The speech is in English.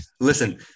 Listen